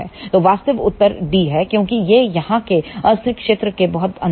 तो वास्तविक उत्तर d है क्योंकि यह यहां के अस्थिर क्षेत्र के बहुत अंदर है